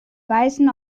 weisen